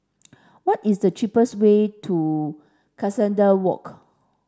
what is the cheapest way to Cuscaden Walk